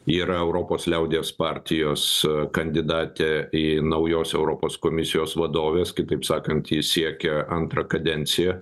yra europos liaudies partijos kandidatė į naujos europos komisijos vadoves kitaip sakant ji siekia antrą kadenciją